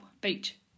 beach